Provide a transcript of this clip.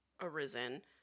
arisen